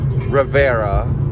Rivera